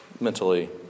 mentally